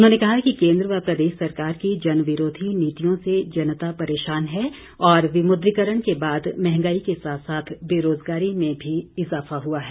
उन्होंने कहा कि केंद्र व प्रदेश सरकार की जन विरोधी नीतियों से जनता परेशान है और विमुद्रीकरण के बाद मंहगाई के साथ साथ बेरोजगारी में भी इजाफा हुआ है